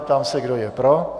Ptám se, kdo je pro.